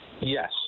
Yes